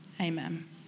Amen